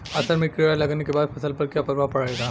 असल में कीड़ा लगने के बाद फसल पर क्या प्रभाव पड़ेगा?